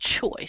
choice